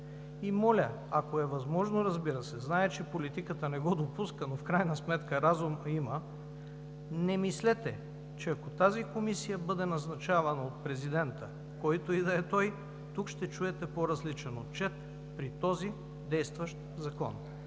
И, моля, ако е възможно, разбира се – зная, че политиката не го допуска, но в крайна сметка разум има, не мислете, че ако тази комисия бъде назначавана от президента, който и да е той, тук ще чуете по-различен отчет при този действащ закон.